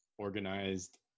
organized